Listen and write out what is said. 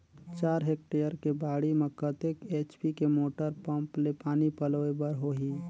चार हेक्टेयर के बाड़ी म कतेक एच.पी के मोटर पम्म ले पानी पलोय बर होही?